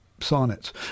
sonnets